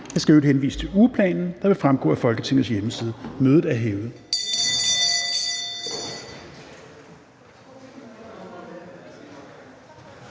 Jeg skal i øvrigt henvise til ugeplanen, der vil fremgå af Folketingets hjemmeside. Mødet er hævet.